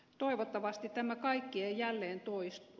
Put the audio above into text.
toivottavasti tämä kaikki ei jälleen toistu